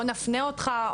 או נפנה אותך,